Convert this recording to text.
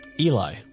Eli